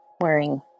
wearing